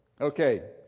Okay